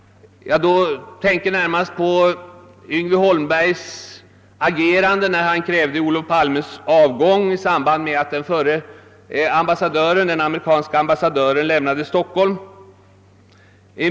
Jag tänker närmast på Yngve Holmbergs agerande, när han krävde Olof Palmes avgång i samband med att den förre amerikanske ambassadören lämnade Stockholm.